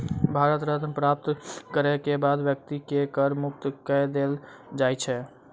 भारत रत्न प्राप्त करय के बाद व्यक्ति के कर मुक्त कय देल जाइ छै